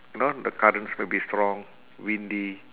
you know the currents will be strong windy